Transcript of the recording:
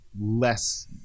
less